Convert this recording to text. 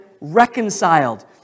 reconciled